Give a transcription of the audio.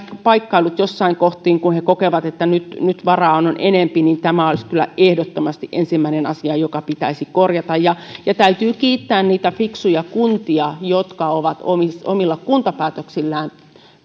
paikkaillut joissain kohdin kun he kokevat että nyt nyt varaa on enempi tämä olisi kyllä ehdottomasti ensimmäinen asia joka pitäisi korjata täytyy kiittää niitä fiksuja kuntia jotka ovat omilla omilla kuntapäätöksillään